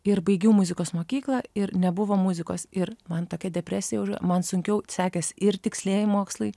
ir baigiau muzikos mokyklą ir nebuvo muzikos ir man tokia depresija užėjo man sunkiau sekės ir tikslieji mokslai